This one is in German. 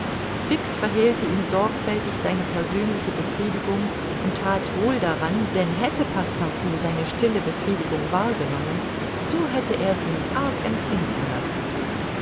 fix verhehlte ihm sorgfältig seine persönliche befriedigung und that wohl daran denn hätte passepartout seine stille befriedigung wahrgenommen so hätte er's ihn arg empfinden lassen